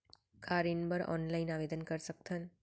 का ऋण बर ऑनलाइन आवेदन कर सकथन?